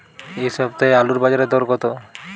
এ সপ্তাহে আলুর বাজারে দর কত?